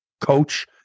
coach